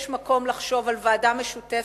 יש מקום לחשוב על ועדה משותפת,